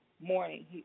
morning